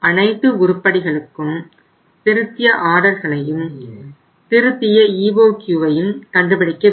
அனைத்து உருப்படிகளுக்கும் திருத்திய ஆர்டர்களையும் திருத்திய EOQஐயும் கண்டுபிடிக்க வேண்டும்